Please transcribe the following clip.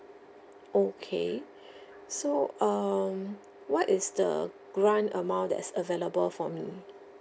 okay so um what is the grant amount that's available for me